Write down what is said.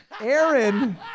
Aaron